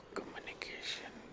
communication